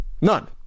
None